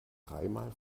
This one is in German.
dreimal